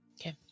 Okay